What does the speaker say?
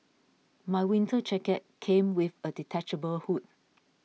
my winter jacket came with a detachable hood